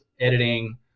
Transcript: editing